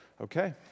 Okay